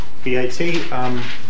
VAT